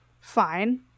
fine